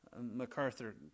MacArthur